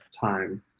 time